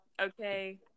Okay